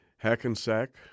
Hackensack